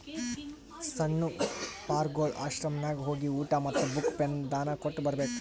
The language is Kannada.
ಸಣ್ಣು ಪಾರ್ಗೊಳ್ ಆಶ್ರಮನಾಗ್ ಹೋಗಿ ಊಟಾ ಮತ್ತ ಬುಕ್, ಪೆನ್ ದಾನಾ ಕೊಟ್ಟ್ ಬರ್ಬೇಕ್